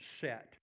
set